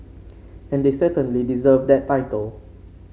and they certainly deserve that title